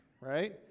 right